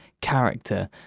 character